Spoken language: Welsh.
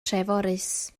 treforys